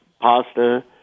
pasta